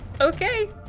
Okay